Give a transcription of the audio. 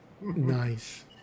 Nice